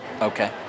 Okay